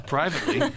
Privately